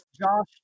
Josh